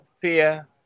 fear